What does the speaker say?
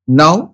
now